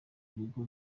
bigo